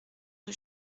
rue